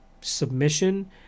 submission